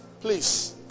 please